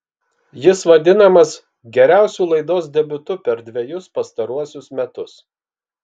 jis vadinamas geriausiu laidos debiutu per dvejus pastaruosius metus